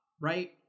right